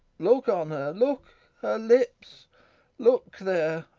look on her look her lips look there,